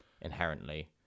inherently